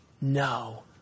no